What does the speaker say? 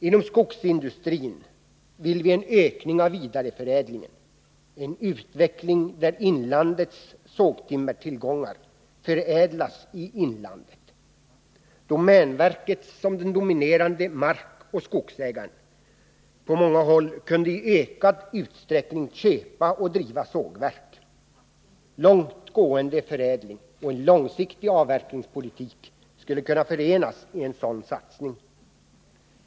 Inom skogsindustrin vill vi ha en ökning av vidareförädlingen, en utveckling där inlandets sågtimmertillgångar förädlas i inlandet. Domänverket, som den dominerande markoch skogsägaren på många håll, kunde i ökad utsträckning köpa och driva sågverk. Långt gående förädling och långsiktig avverkningspolitik skulle kunna förenas i en sådan satsning.